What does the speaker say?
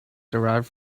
derive